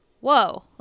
Whoa